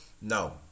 No